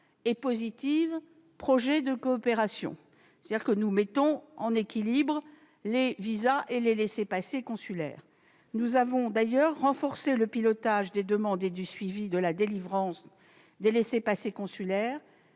comme les projets de coopération. En réalité, nous mettons en équilibre les visas et les laissez-passer consulaires. Nous avons d'ailleurs renforcé le pilotage des demandes et du suivi de la délivrance des laissez-passer consulaires